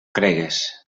cregues